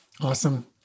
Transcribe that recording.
Awesome